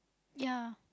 yeah